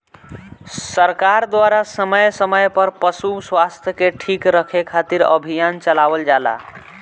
सरकार द्वारा समय समय पर पशु स्वास्थ्य के ठीक रखे खातिर अभियान चलावल जाला